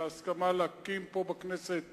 על ההסכמה להקים פה בכנסת